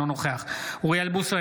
אינו נוכח אוריאל בוסו,